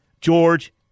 George